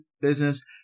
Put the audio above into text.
business